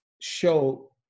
show